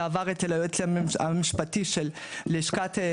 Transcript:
זה עבר אצל היועץ המשפטי של משרד הבינוי.